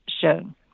shown